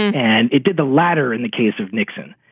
and it did the latter in the case of nixon.